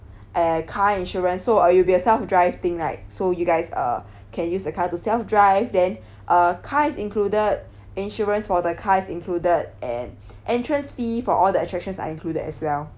eh car insurance so uh it'll be yourself drive thing right so you guys uh can use the car to self drive then uh car is included insurance for the car is included and entrance fee for all the attractions are included as well